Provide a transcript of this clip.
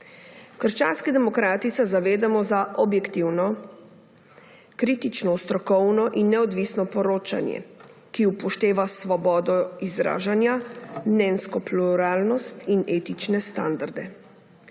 Krščanski demokrati se zavzemamo za objektivno, kritično strokovno in neodvisno poročanje, ki upošteva svobodo izražanja, mnenjsko pluralnost in etične standarde.